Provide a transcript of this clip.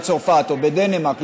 בצרפת או בדנמרק,